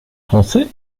français